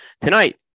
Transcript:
Tonight